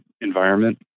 environment